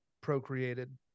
procreated